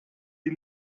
die